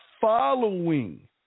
following